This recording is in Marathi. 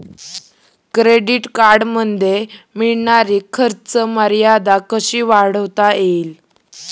क्रेडिट कार्डमध्ये मिळणारी खर्च मर्यादा कशी वाढवता येईल?